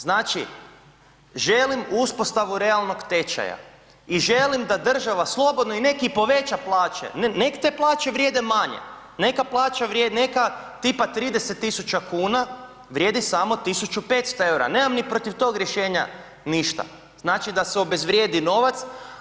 Znači, želim uspostavu realnog tečaja i želim da država slobodno i nek i poveća plaće, nek te plaće vrijede manje, neka plaća, neka tipa 30.000,00 kn vrijedi samo 1.500,00 EUR-a, nemam niti protiv tog rješenja ništa, znači da se obezvrijedi novac.